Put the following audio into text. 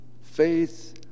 Faith